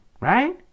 right